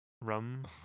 Rum